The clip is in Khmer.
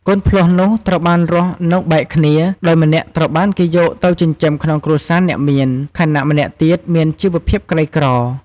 កូនភ្លោះនោះត្រូវបានរស់នៅបែកគ្នា ដោយម្នាក់ត្រូវបានគេយកទៅចិញ្ចឹមក្នុងគ្រួសារអ្នកមាន ខណៈម្នាក់ទៀតមានជីវភាពក្រីក្រ។